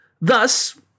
Thus